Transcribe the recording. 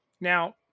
Now